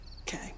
Okay